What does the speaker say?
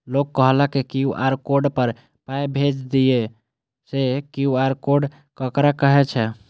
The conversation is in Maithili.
लोग कहलक क्यू.आर कोड पर पाय भेज दियौ से क्यू.आर कोड ककरा कहै छै?